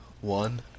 one